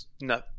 no